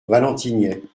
valentigney